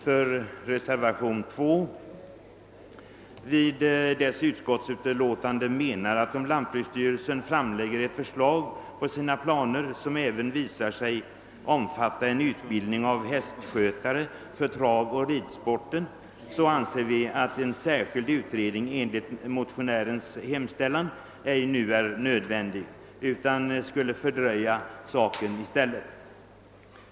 Om lantbruksstyrelsen framlägger ett förslag enligt sina planer, vilket även visar sig omfatta en utbildning av hästskötare för travoch ridsporten, anser vi som står för reservationen 2 vid utskottets utlåtande, att en särskild utredning i enlighet med motionärernas hemställan nu ej är nödvändig, utan i stället skulle fördröja saken. Herr talman!